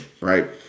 right